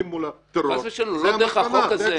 חס ושלום, לא דרך החוק הזה.